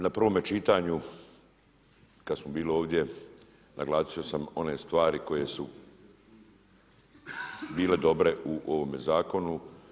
Na prvome čitanju kad smo bili ovdje naglasio sam ne stvari koje su bile dobre u ovome zakonu.